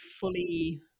fully